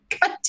God